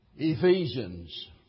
Ephesians